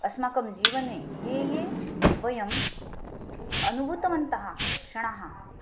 अस्माकं जीवने ये ये वयम् अनुभूतवन्तः क्षणः